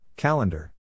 Calendar